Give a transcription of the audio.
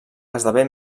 esdevé